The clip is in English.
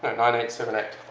but nine eight seven eight.